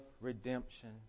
redemption